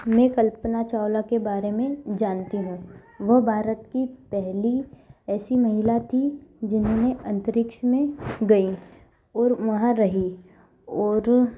मैं कल्पना चावला के बारे में जानती हूँ वह भारत की पहली ऐसी महिला थी जिन्होंने अंतरिक्ष में गईं और वहाँ रही और